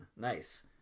Nice